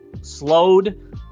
slowed